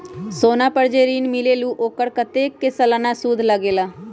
सोना पर जे ऋन मिलेलु ओपर कतेक के सालाना सुद लगेल?